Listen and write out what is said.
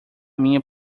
minha